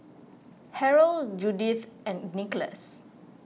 Harrell Judyth and Nicolas